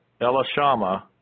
Elishama